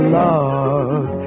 love